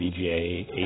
VGA